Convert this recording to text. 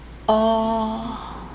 orh